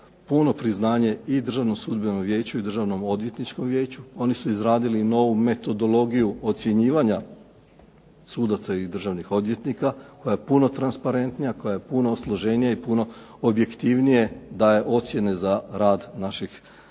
puno priznanje i Državnog sudbenom vijeću i Državnom odvjetničkom vijeću. Oni su izradili i novu metodologiju ocjenjivanja sudaca i državnih odvjetnika koja je puno transparentnija, koja je puno složenija i puno objektivnije daje ocjene za rad naših pravosudnih